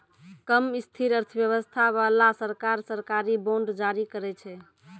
कम स्थिर अर्थव्यवस्था बाला सरकार, सरकारी बांड जारी करै छै